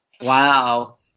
Wow